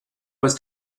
was